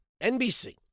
NBC